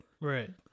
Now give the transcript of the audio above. Right